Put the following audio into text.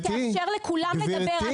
תאפשר לכולם לדבר.